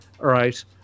Right